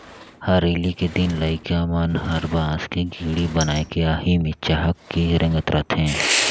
हरेली के दिन लइका मन हर बांस के गेड़ी बनायके आही मे चहके रेंगत रथे